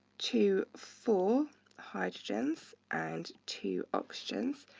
two, four hydrogens, and two oxygens.